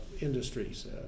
industries